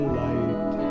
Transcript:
light